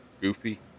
goofy